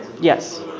Yes